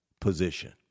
position